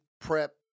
prep